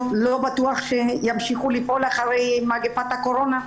לא בטוח שימשיכו לפעול אחרי מגפת הקורונה.